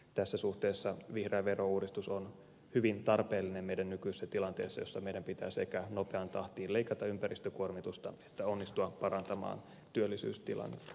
tässä suhteessa vihreä verouudistus on hyvin tarpeellinen nykyisessä tilanteessa jossa meidän pitää sekä nopeaan tahtiin leikata ympäristökuormitusta että onnistua parantamaan työllisyystilannetta